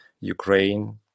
Ukraine